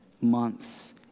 months